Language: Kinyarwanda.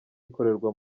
ikorerwa